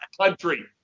country